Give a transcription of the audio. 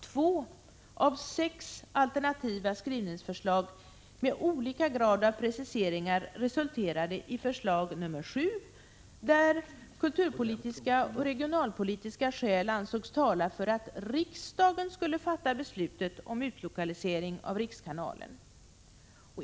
Två av sex alternativa skrivningsförslag med olika grad av preciseringar resulterade i förslag nummer 7, där kulturpolitiska och regionalpolitiska skäl ansågs tala för att riksdagen skulle fatta beslutet om utlokalisering av rikskanalen.